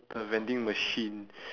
a vending machine